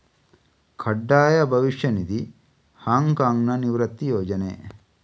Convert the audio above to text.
ಕಡ್ಡಾಯ ಭವಿಷ್ಯ ನಿಧಿ, ಹಾಂಗ್ ಕಾಂಗ್ನ ನಿವೃತ್ತಿ ಯೋಜನೆ